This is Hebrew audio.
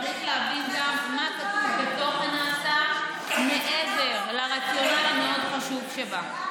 צריך להבין גם מה כתוב בתוכן ההצעה מעבר לרציונל המאוד-חשוב שבה.